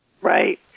Right